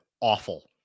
awful